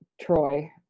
Troy